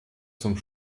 zum